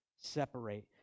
separate